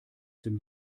dem